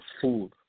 food